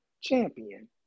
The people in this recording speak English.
champion